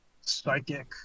Psychic